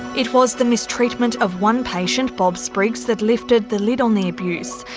it was the mistreatment of one patient, bob spriggs, that lifted the lid on the abuse.